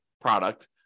product